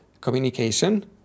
communication